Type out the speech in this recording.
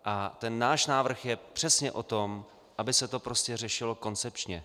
A ten náš návrh je přesně o tom, aby se to prostě řešilo koncepčně.